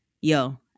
Yo